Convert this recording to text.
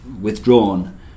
withdrawn